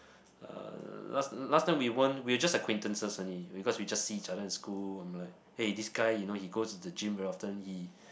uh last last time we won't we're just acquaintances only because we just see each other in school I'm like hey this guy you know he goes into gym very often he